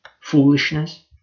foolishness